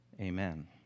Amen